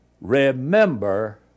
remember